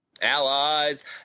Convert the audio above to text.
Allies